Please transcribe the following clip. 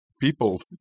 people